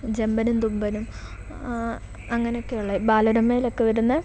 ജെമ്പനും തുമ്പനും അങ്ങനെയൊക്കെ ഉള്ള ബാലരമയിലൊക്കെ വരുന്ന